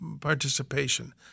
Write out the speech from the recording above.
participation